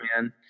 man